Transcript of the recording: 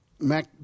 Mac